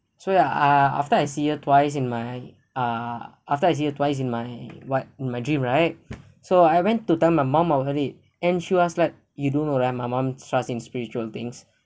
so ya ah after I see her twice in my ah after I see her twice in my what in my dream right so I went to tell my mom on hurried and she was like you do know right my mum trust in spiritual things